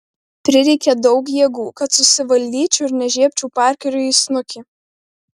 prireikė daug jėgų kad susivaldyčiau ir nežiebčiau parkeriui į snukį